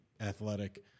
athletic